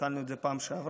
התחלנו את זה בפעם שעברה,